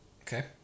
Okay